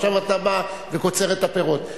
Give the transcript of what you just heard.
עכשיו אתה בא וקוצר את הפירות.